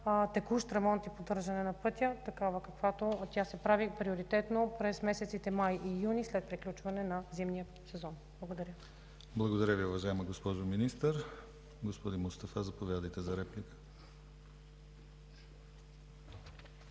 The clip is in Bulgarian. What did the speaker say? текущ ремонт и поддържане на пътя, какъвто се прави приоритетно през месеците май и юни след приключване на зимния сезон. Благодаря. ПРЕДСЕДАТЕЛ ДИМИТЪР ГЛАВЧЕВ: Благодаря Ви, уважаема госпожо Министър. Господин Мустафа, заповядайте за реплика.